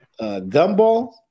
gumball